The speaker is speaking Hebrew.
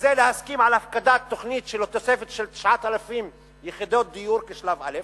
וזה להסכים על הפקדת תוכנית של תוספת 9,000 יחידות דיור בשלב א',